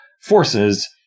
forces